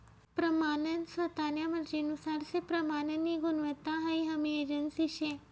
प्रमानन स्वतान्या मर्जीनुसार से प्रमाननी गुणवत्ता हाई हमी एजन्सी शे